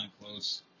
close